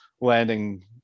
landing